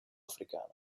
africano